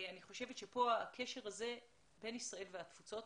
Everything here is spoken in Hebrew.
אני חושבת שכאן הקשר הזה בין ישראל והתפוצות,